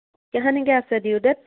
কাহানিকৈ আছে due date